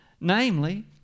namely